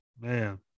man